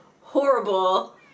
horrible